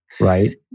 right